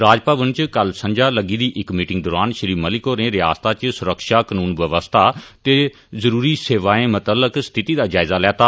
राजमवन च कल संझां लग्गी दी इक मीटिंग दौरान श्री मलिक होरें रिआसता च सुरक्षा कानून बवस्था ते जरूरी सेवाएं मतल्लक स्थिति दा जायजा लैता